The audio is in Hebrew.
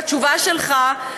בתשובה שלך,